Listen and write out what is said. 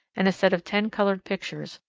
and a set of ten coloured pictures,